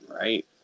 right